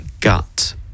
gut